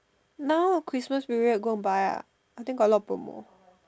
now Christmas period go and buy ah I think got a lot of promo